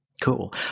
Cool